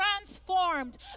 transformed